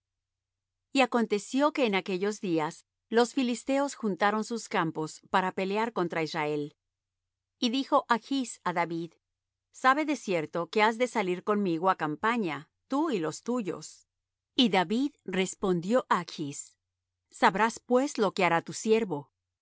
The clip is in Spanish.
y acontecio que en aquellos días los filisteos juntaron sus campos para pelear contra israel y dijo achs á david sabe de cierto que has de salir conmigo á campaña tú y los tuyos y david respondió á achs sabrás pues lo que hará tu siervo